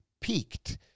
peaked